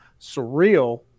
surreal